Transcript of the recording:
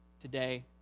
today